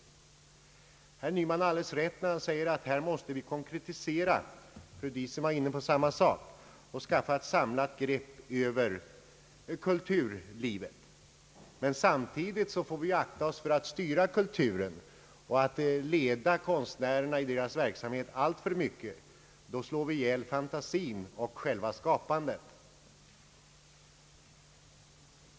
Herr Nyman har alldeles rätt när han säger att vi måste konkretisera och skaffa samlade grepp över kulturlivet. Men samtidigt får vi akta oss för att styra kulturen och leda konstnärerna i deras verksamhet alltför mycket. Då slår vi ihjäl fantasin och själva skapandet.